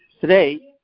Today